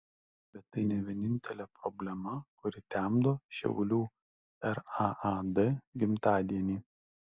bet tai ne vienintelė problema kuri temdo šiaulių raad gimtadienį